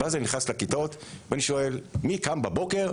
אני נכנס לכיתות ושואל: מי קם בבוקר,